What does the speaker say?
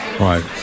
Right